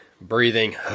breathing